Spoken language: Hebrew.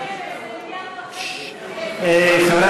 זה 1.5 מיליארד.